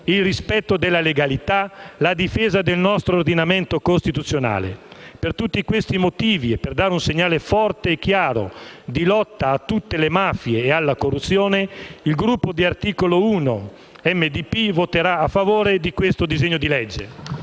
il rispetto della legalità, la difesa del nostro ordinamento costituzionale. Per tutti questi motivi e per dare un segnale forte e chiaro di lotta a tutte le mafie e alla corruzione, il Gruppo Articolo 1 - Movimento democratico e